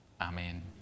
Amen